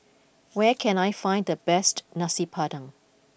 where can I find the best Nasi Padang